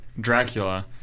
Dracula